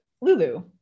Lulu